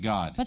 God